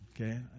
Okay